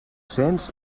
cents